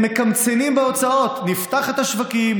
הם מקמצנים בהוצאות: נפתח את השווקים,